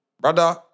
Brother